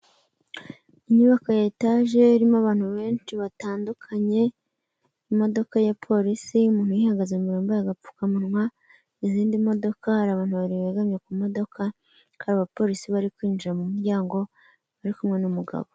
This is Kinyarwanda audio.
Inyubako ya etaje irimo abantu benshi batandukanye imodoka ya polisi umuntu uyihagaze imbere wambaye agapfukamunwa, izindi modoka hari abantu babiri begamye ku modoka hari abapolisi bari kwinjira mu muryango bari kumwe n'umugabo.